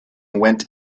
went